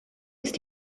ist